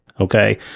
Okay